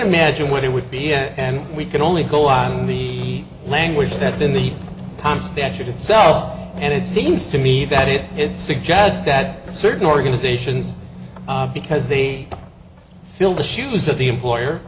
imagine what it would be and we can only go on the language that's in the palm statute itself and it seems to me that it did suggest that certain organizations because they fill the shoes of the employer